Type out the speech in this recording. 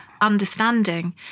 understanding